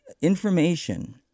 information